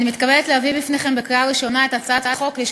ותועבר לדיון בוועדת החוקה, חוק ומשפט.